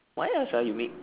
what else ah you make